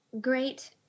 great